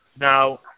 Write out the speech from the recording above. Now